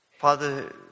Father